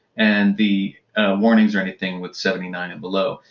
and the warnings are anything with seventy nine and below.